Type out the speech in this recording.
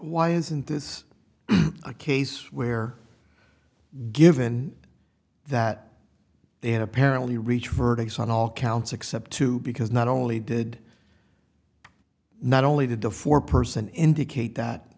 why isn't this a case where given that they had apparently reached verdicts on all counts except two because not only did not only did the four person indicate that